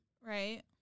Right